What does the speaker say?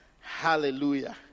Hallelujah